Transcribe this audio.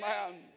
Amen